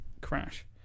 crash